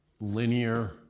linear